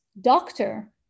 doctor